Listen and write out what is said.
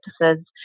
practices